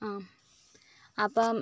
ആ അപ്പം